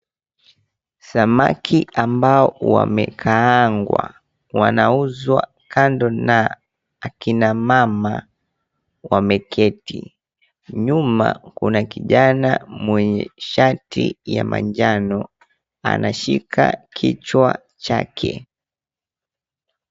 Samaki ambao wamekaangwa wanauzwa kando na akina mama wameketi. Nyuma kuna kijana mwenye shati ya manjano, anashika kichwa chake.